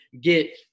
get